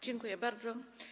Dziękuję bardzo.